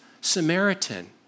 Samaritan